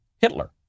Hitler